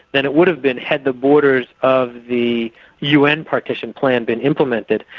than it would have been had the borders of the un partition plan been implemented.